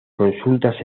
consultas